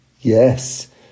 Yes